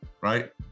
Right